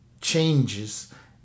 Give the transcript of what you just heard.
changes